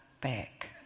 back